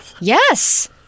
Yes